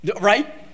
right